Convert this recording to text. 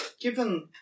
given